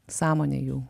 sąmonė jų